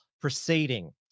proceeding